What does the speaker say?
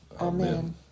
Amen